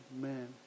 man